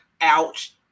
ouch